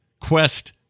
Quest